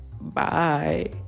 Bye